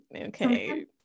okay